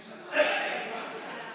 עשר דקות.